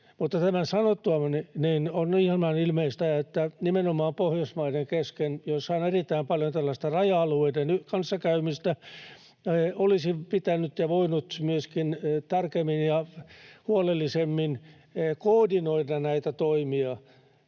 Tämän sanottuani on ihan ilmeistä, että nimenomaan Pohjoismaiden kesken, joissa on erittäin paljon tällaista raja-alueiden kanssakäymistä, olisi pitänyt ja voinut myöskin tarkemmin ja huolellisemmin koordinoida näitä toimia.